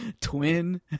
Twin